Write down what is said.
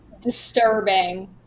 Disturbing